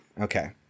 Okay